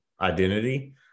identity